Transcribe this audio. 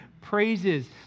praises